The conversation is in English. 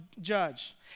judge